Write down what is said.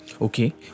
okay